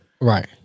Right